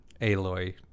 Aloy